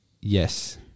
Yes